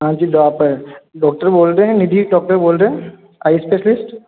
हाँ जी तो आप डॉक्टर बोल रहे हैं निधि डॉक्टर बोल रहे हैं आई स्पेशलिस्ट